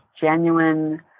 genuine